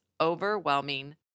overwhelming